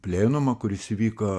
plenumą kuris įvyko